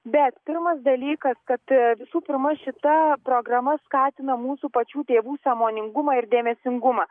bet pirmas dalykas kad visų pirma šita programa skatina mūsų pačių tėvų sąmoningumą ir dėmesingumą